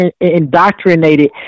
indoctrinated